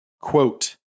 quote